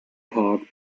park